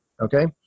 okay